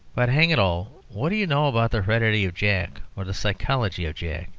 but, hang it all, what do you know about the heredity of jack or the psychology of jack?